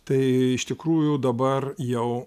tai iš tikrųjų dabar jau